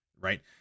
right